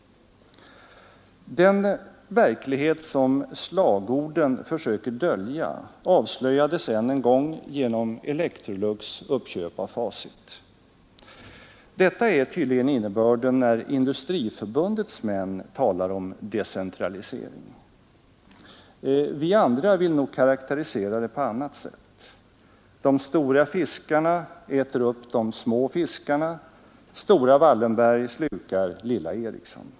Den verklighet som slagorden försöker dölja avslöjades än en gång genom Electrolux uppköp av Facit. Detta är tydligen innebörden när Industriförbundets män talar om decentralisering. Vi andra vill nog karakterisera det på annat sätt. De stora fiskarna äter upp de små fiskarna — stora Wallenberg slukar lilla Ericsson.